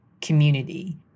community